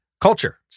Culture